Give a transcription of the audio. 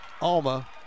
Alma